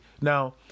now